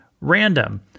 random